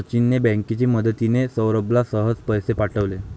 सचिनने बँकेची मदतिने, सौरभला सहज पैसे पाठवले